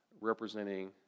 representing